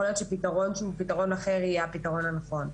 פתרון שהוא פתרון אחר יהיה הפתרון הנכון.